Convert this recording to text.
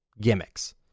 gimmicks